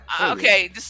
Okay